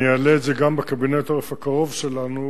אני אעלה את זה גם בקבינט הקרוב שלנו,